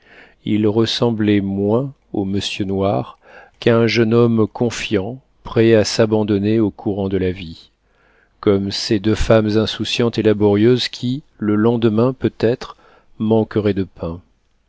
il ressemblait moins au monsieur noir qu'à un jeune homme confiant prêt à s'abandonner au courant de la vie comme ces deux femmes insouciantes et laborieuses qui le lendemain peut-être manqueraient de pain